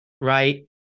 right